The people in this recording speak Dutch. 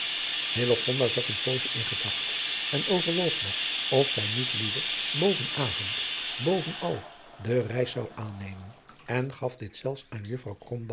zat een poosje in gedachte en overwoog nog of zij niet liever boven avond boven al de reis zou aannemen en gaf dit zelfs aan juffrouw